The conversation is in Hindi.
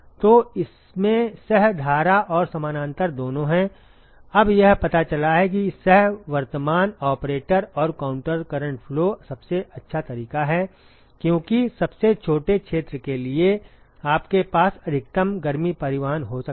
तो इसमें सह धारा और समानांतर दोनों हैं अब यह पता चला है कि सह वर्तमान ऑपरेटर और काउंटर करंट फ्लो सबसे अच्छा तरीका है क्योंकि सबसे छोटे क्षेत्र के लिए आपके पास अधिकतम गर्मी परिवहन हो सकता है